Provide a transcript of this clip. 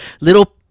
little